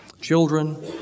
Children